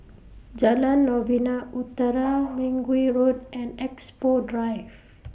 Jalan Novena Utara Mergui Road and Expo Drive